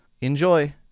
Enjoy